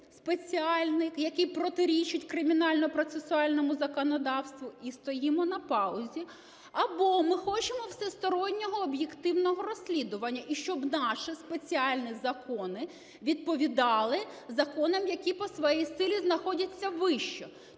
спеціальний, який протирічить кримінально-процесуальному законодавству, і стоїмо на паузі, або ми хочемо усестороннього, об'єктивного розслідування, і щоб наші спеціальні закони відповідали законам, які по своїй силі знаходяться вище.